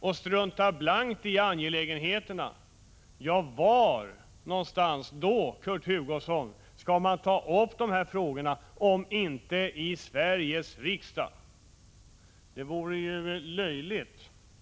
Jag vet också att Kurt Hugosson både i dag och tidigare har talat sig varm för dessa beslutsorgans betydelse.